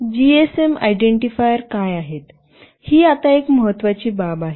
GSM identifier काय आहेत ही आता एक महत्वाची बाब आहे